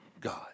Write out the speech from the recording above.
God